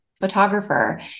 photographer